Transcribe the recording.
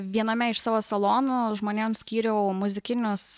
viename iš savo salonų žmonėms skyriau muzikinius